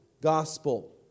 gospel